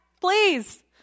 please